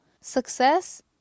Success